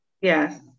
Yes